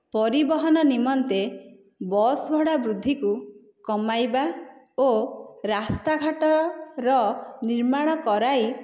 ପରିବହନ ନିମନ୍ତେ ବସଭଡ଼ା ବୃଦ୍ଧିକୁ କମାଇବା ଓ ରାସ୍ତାଘାଟର ନିର୍ମାଣ କରାଇ